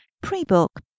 pre-book